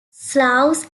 slavs